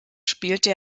spielte